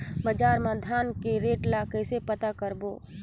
बजार मा धान के रेट ला कइसे पता करबो?